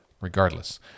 Regardless